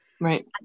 Right